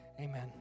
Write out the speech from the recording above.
Amen